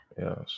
Yes